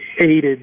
aided